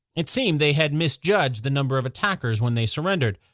it seemed they had misjudged the number of attackers when they surrendered.